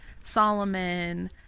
Solomon